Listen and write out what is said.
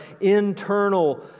internal